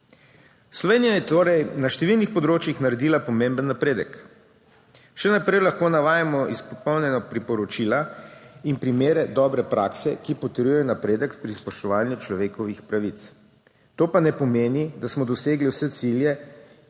Slovenija je torej na številnih področjih naredila pomemben napredek. Še naprej lahko navajamo izpolnjena priporočila in primere dobre prakse, ki potrjujejo napredek pri spoštovanju človekovih pravic. To pa ne pomeni, da smo dosegli vse cilje